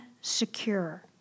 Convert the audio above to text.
secure